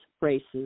races